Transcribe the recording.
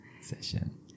session